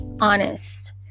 Honest